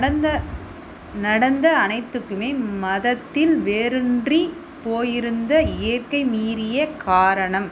நடந்த நடந்த அனைத்துக்குமே மதத்தில் வேரூன்றிப் போயிருந்த இயற்கை மீறிய காரணம்